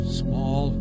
small